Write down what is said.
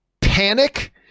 panic